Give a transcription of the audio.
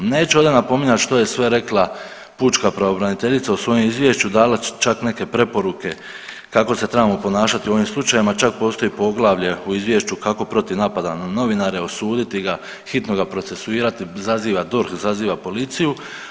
Neću ovdje napominjat što je sve rekla pučka pravobraniteljica u svom izvješću, dala čak neke preporuke kako se trebamo ponašati u ovim slučajevima, čak postoji poglavlje u izvješću kako protiv napada na novinare, osuditi ga, hitno ga procesuirati zaziva DORH, zaziva policiju.